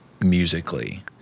musically